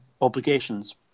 obligations